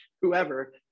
whoever